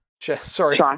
Sorry